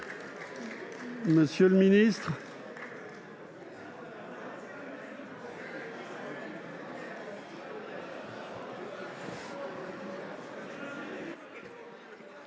Monsieur le ministre,